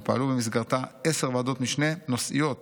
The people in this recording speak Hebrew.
ופעלו במסגרתה עשר ועדות משנה נושאיות